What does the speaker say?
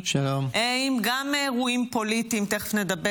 כי הונחו היום על שולחן הכנסת,